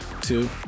Two